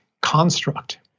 construct